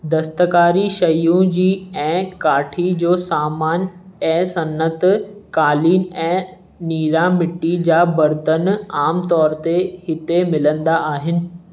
दस्तक़ारी शयूं जी ऐं काठी जो सामान ऐं सनत कालीन ऐं नीरा मिटी जा बर्तन आमतौर ते हिते मिलंदा आहिनि